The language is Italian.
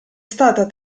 stata